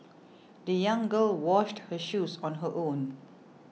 the young girl washed her shoes on her own